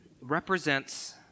represents